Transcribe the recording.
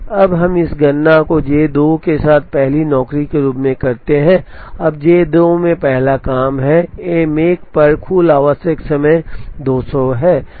अब हम इस गणना को J 2 के साथ पहली नौकरी के रूप में करते हैं अब J 2 में पहला काम है M 1 पर कुल आवश्यक समय 200 है